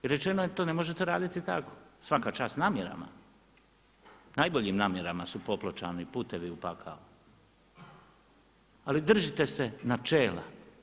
Rečeno je to ne možete raditi tako, svaka čast namjerama, najboljim namjerama su popolačani putevi u pakao, ali držite se načela.